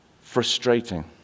frustrating